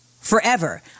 forever